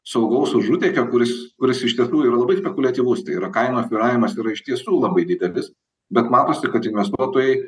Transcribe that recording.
saugaus užutėkio kuris kuris iš tiesų yra labai spekuliatyvus tai yra kainų svyravimas yra iš tiesų labai didelis bet matosi kad investuotojai